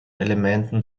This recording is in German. elementen